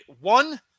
one